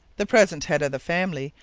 the present head of the family,